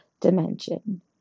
dimension